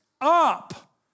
up